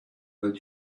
than